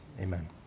Amen